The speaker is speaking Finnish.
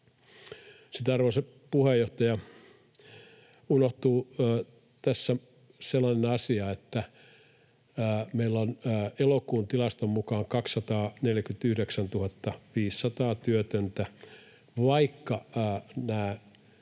arvoisa puheenjohtaja, unohtuu tässä sellainen asia, että meillä on elokuun tilaston mukaan 249 500 työtöntä. Vaikka nämä